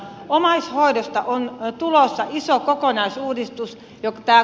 omaishoidosta on tulossa iso kokonais uudistus